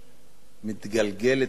מגלגלת בהם מיליארדים,